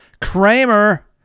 kramer